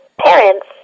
parents